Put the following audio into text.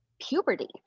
puberty